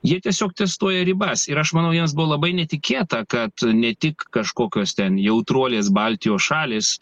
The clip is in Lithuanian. jie tiesiog testuoja ribas ir aš manau jiems buvo labai netikėta kad ne tik kažkokios ten jautruolės baltijos šalys